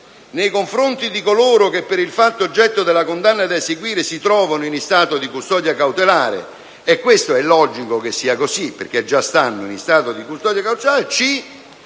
nei confronti di coloro che, per il fatto oggetto della condanna da eseguire, si trovano in stato di custodia cautelare» - ed è logico che sia così, perché già sono in stato di custodia cautelare -